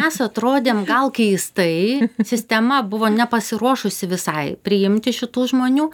mes atrodėm gal keistai sistema buvo nepasiruošusi visai priimti šitų žmonių